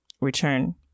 return